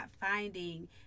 finding